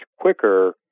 quicker